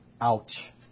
Ouch